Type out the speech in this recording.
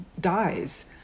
dies